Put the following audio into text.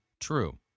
true